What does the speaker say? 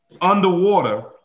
underwater